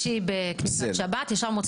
שעות ביממה,